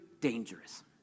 dangerous